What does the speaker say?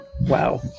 Wow